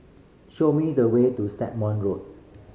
show me the way to Stagmont Road